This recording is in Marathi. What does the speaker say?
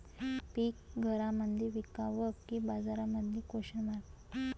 पीक घरामंदी विकावं की बाजारामंदी?